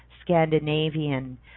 Scandinavian